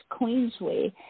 Queensway